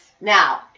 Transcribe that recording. Now